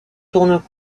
tourne